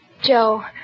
Joe